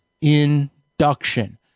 induction